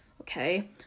okay